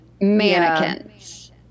mannequins